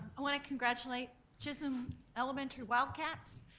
i want to congratulate chisholm elementary wildcats.